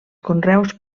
conreus